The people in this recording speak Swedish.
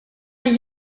det